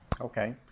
Okay